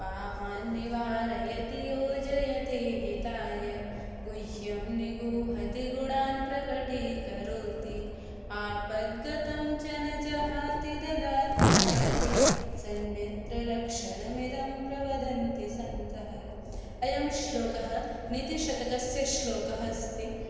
पापान्निवारयति योजयते हिताय गुह्यं निगूहति गुणान् प्रकटीकरोति आपद्गतं च न जहाति ददाति काले सन्मित्रलक्षणमिदं प्रवदन्ति सन्तः अयं श्लोकः नीतिशतकस्य श्लोकः अस्ति